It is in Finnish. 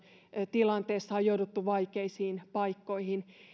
tilanteessa on jouduttu vaikeisiin paikkoihin